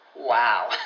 Wow